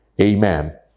Amen